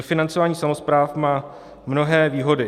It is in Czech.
Dofinancování samospráv má mnohé výhody.